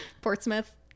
Portsmouth